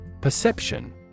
Perception